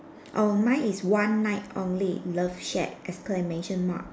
oh mine is one night only love shack exclamation mark